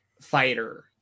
fighter